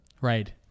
Right